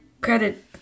credit